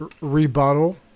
rebuttal